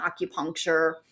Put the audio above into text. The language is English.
acupuncture